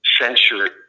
censure